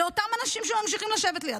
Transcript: אלה אותם אנשים שממשיכים לשבת לידך.